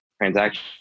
transaction